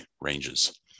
ranges